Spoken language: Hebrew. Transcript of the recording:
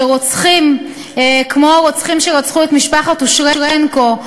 שרוצחים כמו הרוצחים שרצחו את משפחת אושרנקו,